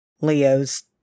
leo's